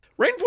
Rainforest